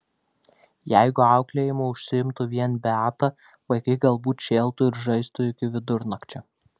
jeigu auklėjimu užsiimtų vien beata vaikai galbūt šėltų ir žaistų iki vidurnakčio